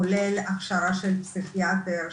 כולל הכשרה של פסיכיאטר,